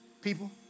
people